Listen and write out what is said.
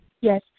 Yes